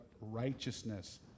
righteousness